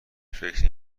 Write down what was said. فکر